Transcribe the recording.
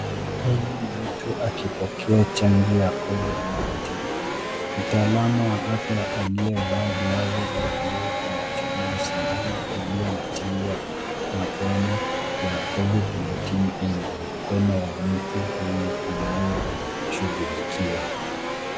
Huyo ni mtu akipokea chanjo ya Covid-19. Mtalaamu wa afya aliyevaa glavu za buluu anachomoa sindano iliyo na chanjo ya Moderna ya Covid-19 kwenye mkono wa mtu huyu anayeshughulikia.